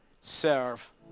serve